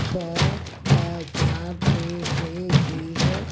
छह ॿ चारि टे टे ज़ीरो